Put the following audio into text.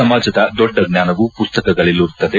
ಸಮಾಜದ ದೊಡ್ಡ ಜ್ಞಾನವು ಪುಸ್ತಕಗಳಲ್ಲಿರುತ್ತದೆ